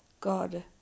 God